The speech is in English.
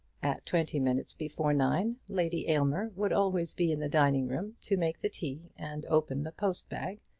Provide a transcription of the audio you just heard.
at twenty minutes before nine lady aylmer would always be in the dining-room to make the tea and open the post-bag,